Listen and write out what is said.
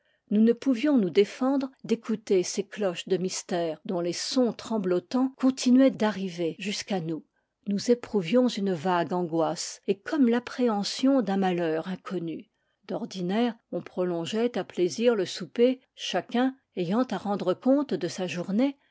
nous ne pouvions nous défendre d'écouter ces cloches de mystère dont les sons tremblotants continuaient d'arriver jusqu'à nous nous éprouvions une vague angoisse et comme l'ap préhension d'un malheur inconnu d'ordinaire on prolon geait à plaisir le souper chacun ayant à rendre compte de sa journée